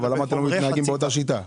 אבל למה אתם לא נוהגים באותה שיטה?